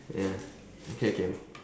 ya okay okay